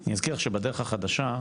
אני אזכיר שבדרך החדשה,